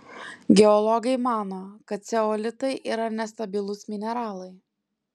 geologai mano kad ceolitai yra nestabilūs mineralai